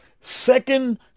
second